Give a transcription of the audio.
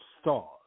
stars